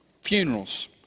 funerals